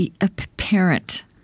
apparent